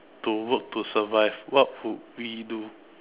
to work to survive what would we do